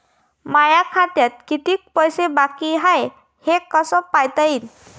माया खात्यात कितीक पैसे बाकी हाय हे कस पायता येईन?